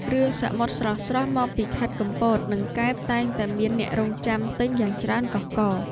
គ្រឿងសមុទ្រស្រស់ៗមកពីខេត្តកំពត និងកែប តែងតែមានអ្នករង់ចាំទិញយ៉ាងច្រើនកុះករ។